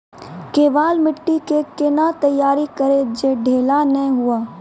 केवाल माटी के कैना तैयारी करिए जे ढेला नैय हुए?